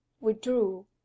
withdrew